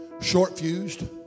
short-fused